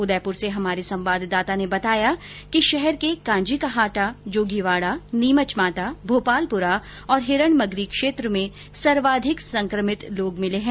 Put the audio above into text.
उदयपुर से हमारे संवाददाता ने बताया कि शहर के कांजी का हाटा जोगीवाड़ा नीमच माता भोपालपुरा और हिरण मंगरी क्षेत्र में सर्वाधिक संक्रमित लोग मिले है